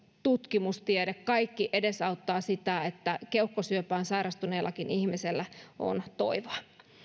tutkimustiede kaikki edesauttavat sitä että keuhkosyöpään sairastuneellakin ihmisellä on toivoa